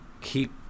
keep